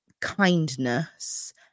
kindness